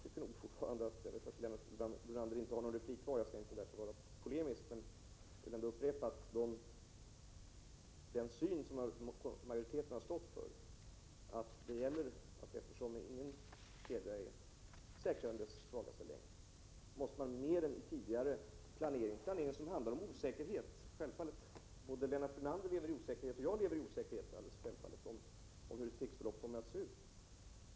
Lennart Brunander har inte rätt till någon mer replik, och jag skall därför inte vara polemisk men vill ändå upprepa att den syn som majoriteten har stått för, att eftersom ingen kedja är starkare än sin svagaste länk, så måste man mer än tidigare planera. Det handlar naturligtvis om osäkerhet — både Lennart Brunander och jag lever alldeles självfallet i osäkerhet om hur ett krigsförlopp kommer att se ut.